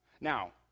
Now